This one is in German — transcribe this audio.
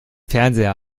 fernseher